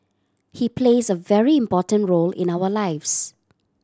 he plays a very important role in our lives